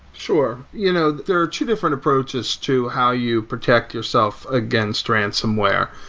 sure. you know there are two different approaches to how you protect yourself against ransonware.